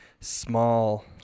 small